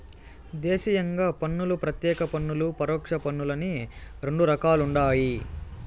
దేశీయంగా పన్నులను ప్రత్యేక పన్నులు, పరోక్ష పన్నులని రెండు రకాలుండాయి